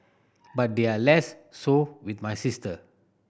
but they're less so with my sister